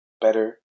better